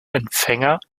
empfänger